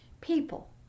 people